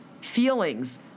Feelings